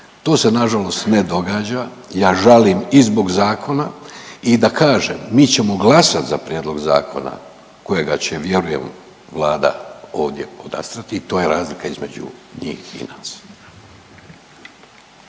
To se nažalost ne događa, ja žalim i zbog zakona i da kažem, mi ćemo glasat za prijedlog zakona kojega će vjerujem Vlada ovdje podastrti i to je razlika između njih i nas.